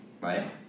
right